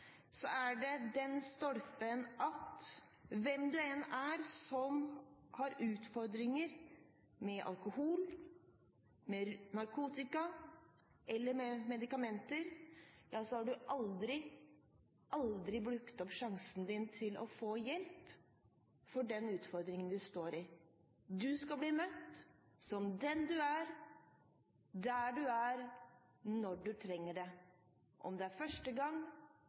så har du aldri, aldri brukt opp sjansen din til å få hjelp for den utfordringen du står i. Du skal bli møtt som den du er, der du er, når du trenger det, om det er første gang,